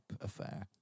affair